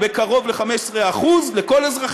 יש פה בשורה גדולה,